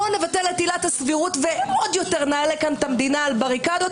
בואו נבטל את עילת הסבירות ועוד יותר נעלה את המדינה על בריקדות,